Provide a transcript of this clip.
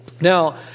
Now